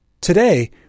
Today